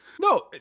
No